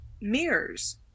mirrors